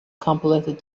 completed